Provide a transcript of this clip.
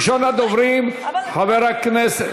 ראשון הדוברים, חבר הכנסת